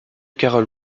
karol